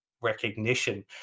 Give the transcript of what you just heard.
recognition